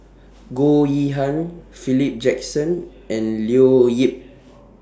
Goh Yihan Philip Jackson and Leo Yip